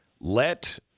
let